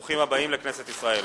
ברוכים הבאים לכנסת ישראל.